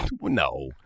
No